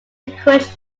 encouraged